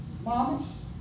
Mamas